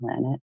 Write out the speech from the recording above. planet